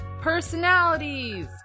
personalities